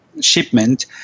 shipment